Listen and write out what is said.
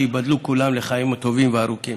שייבדלו כולם לחיים טובים וארוכים.